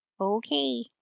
Okay